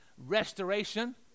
restoration